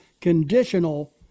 conditional